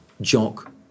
Jock